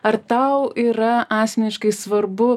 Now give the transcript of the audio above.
ar tau yra asmeniškai svarbu